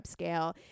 upscale